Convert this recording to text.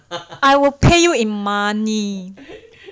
I will pay you in money